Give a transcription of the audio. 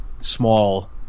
small